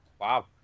Wow